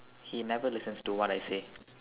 he never listens to what I say